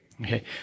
Okay